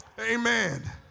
Amen